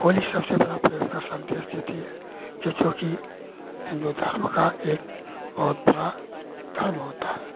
वही सबसे बड़ा प्रेम का संदेश देती है जिसको कि हिन्दू धर्म का एक बहुत बड़ा धर्म होता है